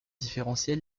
différentiel